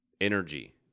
energy